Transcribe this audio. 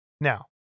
Now